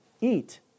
eat